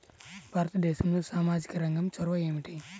భారతదేశంలో సామాజిక రంగ చొరవ ఏమిటి?